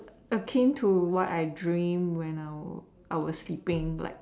akin to what I dream when I I was sleeping like